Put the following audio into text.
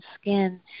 skin